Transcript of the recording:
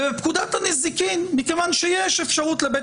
ובפקודת הנזיקין כיוון שיש אפשרות לבית